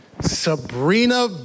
Sabrina